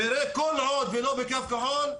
כל עוד היא לא בקו כחול,